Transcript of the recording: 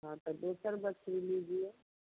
हाँ तो दोसर मच्छी लीजिए